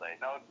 No